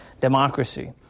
democracy